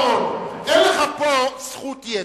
אין לך פה זכות יתר.